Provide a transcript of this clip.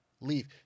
Leave